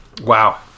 Wow